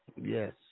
Yes